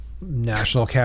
national